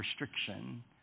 restriction